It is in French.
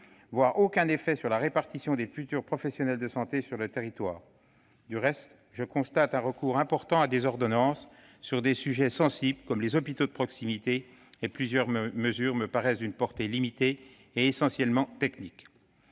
voire aucun effet, sur la répartition des futurs professionnels de santé sur le territoire. Du reste, je constate un recours important à des ordonnances sur des sujets aussi sensibles que les hôpitaux de proximité. En outre, plusieurs mesures me paraissent d'une portée limitée et essentiellement technique.